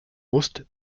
musst